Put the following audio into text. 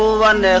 one